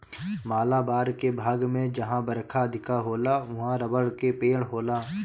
मालाबार के भाग में जहां बरखा अधिका होला उहाँ रबड़ के पेड़ होला